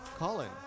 Colin